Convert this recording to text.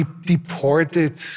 deported